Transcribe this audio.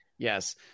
Yes